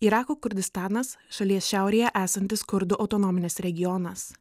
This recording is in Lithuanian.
irako kurdistanas šalies šiaurėje esantis kurdų autonominis regionas